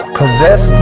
possess